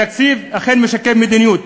התקציב אכן משקף מדיניות,